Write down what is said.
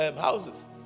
houses